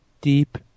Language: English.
deep